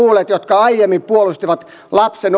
aiemmin puolustivat lapsen